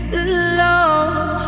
alone